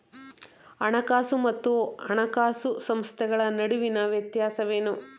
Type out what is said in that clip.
ಹಣಕಾಸು ಮತ್ತು ಹಣಕಾಸು ಸಂಸ್ಥೆಗಳ ನಡುವಿನ ವ್ಯತ್ಯಾಸವೇನು?